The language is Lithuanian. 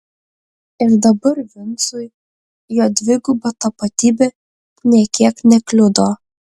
ir dabar vincui jo dviguba tapatybė nė kiek nekliudo